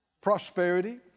prosperity